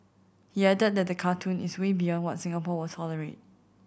he added that the cartoon is way beyond what Singapore will tolerate